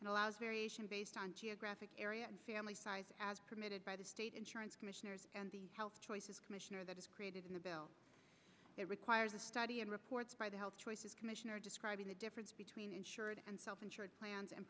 and allows variation based on geographic area family size as permitted by the state insurance commissioners and the health choices commissioner that is created in a bill that requires a study and reports by the health choices commissioner describing the difference between insured and self insured plans and